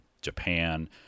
Japan